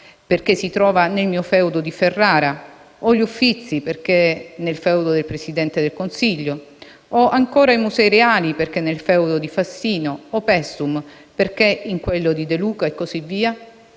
perché si trova nel mio "feudo" di Ferrara, o gli Uffizi perché nel "feudo" del Presidente del Consiglio o ancora i Musei Reali perché nel "feudo" di Fassino o Paestum perché in quello di De Luca e così via?».